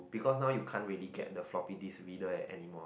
because now you can't really get the floppy disk reader at any mall